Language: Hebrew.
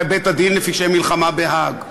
בבית-הדין לפשעי מלחמה בהאג,